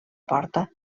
porta